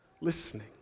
listening